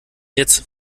jetzt